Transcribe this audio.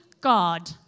God